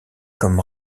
comme